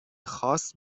خاص